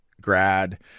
grad